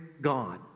God